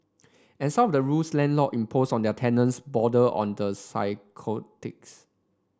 and some of the rules landlord impose on their tenants border on the psychotics